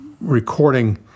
recording